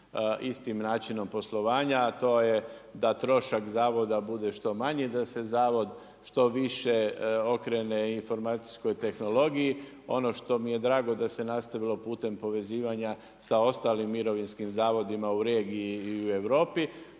istim načinom poslovanja, a to je da trošak zavoda bude što manje, da se zavod što više okrene informacijskoj tehnologiji. Ono što mi je drago da se nastavilo putem povezivanja sa ostalim mirovinskim zavodima u regiji i u Europi,